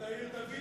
היתה עיר דוד בכלל.